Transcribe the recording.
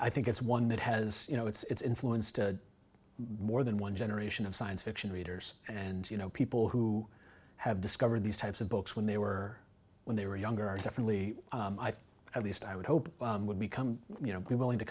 i think it's one that has you know it's influenced more than one generation of science fiction readers and you know people who have discovered these types of books when they were when they were younger are definitely at least i would hope would become you know be willing to